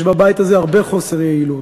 יש בבית הזה הרבה חוסר יעילות,